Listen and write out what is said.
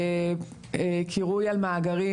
קירוי על מאגרים.